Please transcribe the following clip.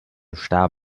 starr